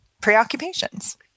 preoccupations